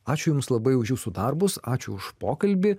ačiū jums labai už jūsų darbus ačiū už pokalbį